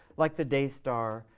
like the day-star,